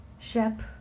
Shep